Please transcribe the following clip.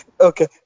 Okay